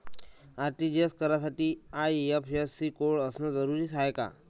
RTGS करासाठी IFSC code असनं जरुरीच हाय का?